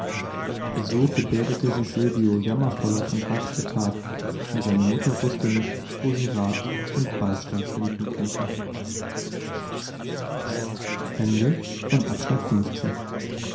so gebärdete sich silvio jammervoller von tag zu tag und seine mutter wußte nicht wo sie rat und beistand finden könnte